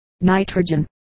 nitrogen